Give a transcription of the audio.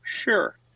Sure